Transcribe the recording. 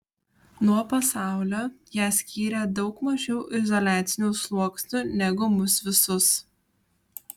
nuo pasaulio ją skyrė daug mažiau izoliacinių sluoksnių negu mus visus